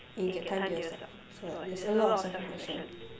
and you get time to yourself so like there's a lot of self reflection